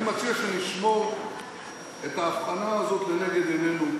אני מציע שנשמור את ההבחנה הזאת לנגד עינינו,